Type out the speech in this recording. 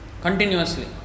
Continuously